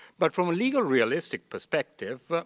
but from a legal realistic perspective,